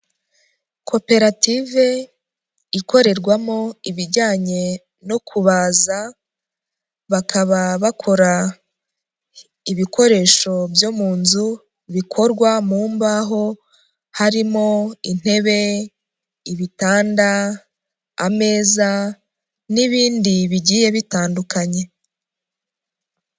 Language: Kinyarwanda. Koperative ikorerwamo ibijyanye no kubaza. Bakaba bakora ibikoresho byo mu nzu bikorwa mu mbaho. Harimo: intebe, ibitanda, ameza n'ibindi bigiye bitandukanye.